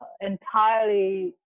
entirely